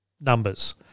numbers